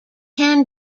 can